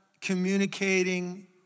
communicating